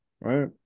right